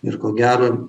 ir ko gero